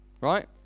Right